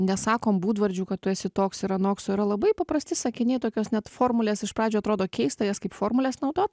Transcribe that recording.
nesakom būdvardžių kad tu esi toks ir anoks o yra labai paprasti sakiniai tokios net formulės iš pradžių atrodo keista jas kaip formules naudot